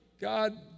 God